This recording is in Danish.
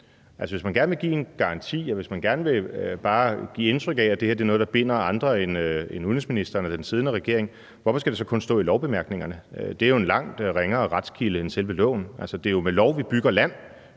hvis man gerne vil give en garanti eller bare gerne vil give indtryk af, at det her er noget, der binder andre end udenrigsministeren og den siddende regering, hvorfor skal det så kun stå i lovbemærkningerne? Det er jo en langt ringere retskilde end selve loven. Altså, det er jo med lov, vi bygger land